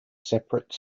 separate